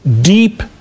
deep